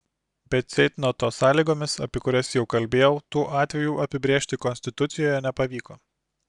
bet ceitnoto sąlygomis apie kurias jau kalbėjau tų atvejų apibrėžti konstitucijoje nepavyko